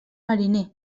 mariner